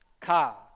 car